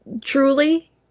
truly